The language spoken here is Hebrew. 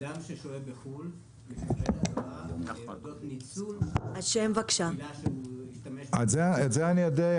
אדם ששוהה בחוץ לארץ מתקשר לארץ --- את זה אני יודע.